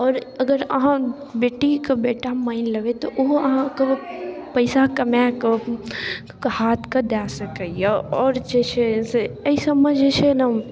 आओर अगर अहाँ बेटीके बेटा मानि लेबै तऽ ओहो अहाँके पइसा कमाकऽ हाथके दऽ सकैए आओर जे छै से एहिसबमे जे छै ने